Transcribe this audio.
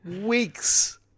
weeks